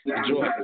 Enjoy